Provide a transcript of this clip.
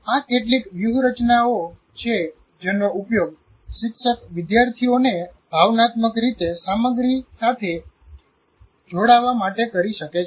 આ કેટલીક વ્યૂહરચનાઓ છે જેનો ઉપયોગ શિક્ષક વિદ્યાર્થીઓને ભાવનાત્મક રીતે સામગ્રી સાથે જોડાવા માટે કરી શકે છે